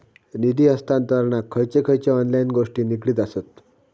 निधी हस्तांतरणाक खयचे खयचे ऑनलाइन गोष्टी निगडीत आसत?